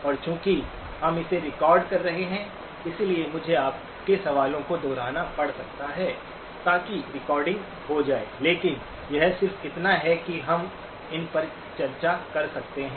और चूंकि हम इसे रिकॉर्ड कर रहे हैं इसलिए मुझे आपके सवालों को दोहराना पड़ सकता है ताकि रिकॉर्डिंग हो जाए लेकिन यह सिर्फ इतना है कि हम इन पर चर्चा कर सकते हैं